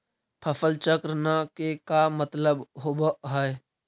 फसल चक्र न के का मतलब होब है?